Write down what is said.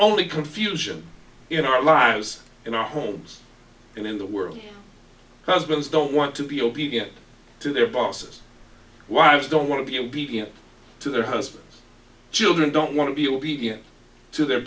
only confusion in our lives in our homes and in the world husbands don't want to be obedient to their bosses wives don't want to be obedient to their husbands children don't want to be obedient to their